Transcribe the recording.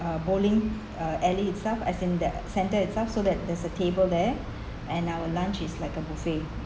uh bowling uh alley itself as in that centre itself so that there's a table there and our lunch is like a buffet